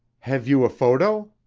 have you a photo?